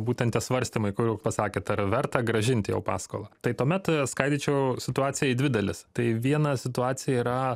būtent tie svarstymai kur jau pasakėt ar verta grąžint jau paskolą tai tuomet skaidyčiau situaciją į dvi dalis tai viena situacija yra